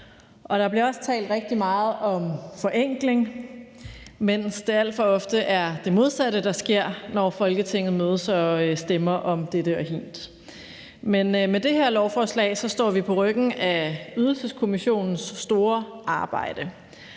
Der bliver også talt rigtig meget om forenkling, mens det alt for ofte er det modsatte, der sker, når Folketinget mødes og stemmer om dette og hint. Med det her lovforslag står vi på ryggen af Ydelseskommissionens store arbejde.